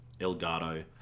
Elgato